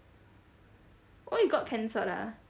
oh it got cancelled ah